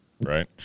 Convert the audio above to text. right